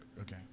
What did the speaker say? Okay